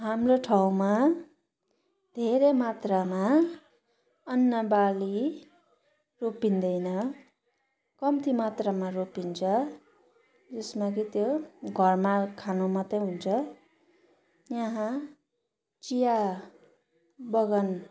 हाम्रो ठाउँमा धेरै मात्रामा अन्नबाली रोपिँदैन कम्ती मात्रामा रोपिन्छ जसमा कि त्यो घरमा खानु मात्रै हुन्छ यहाँ चिया बगान